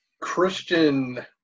Christian